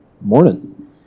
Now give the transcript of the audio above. Morning